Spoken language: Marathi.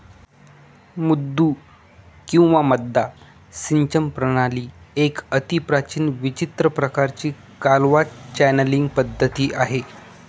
मुद्दू किंवा मद्दा सिंचन प्रणाली एक अतिप्राचीन विचित्र प्रकाराची कालवा चॅनलींग पद्धती आहे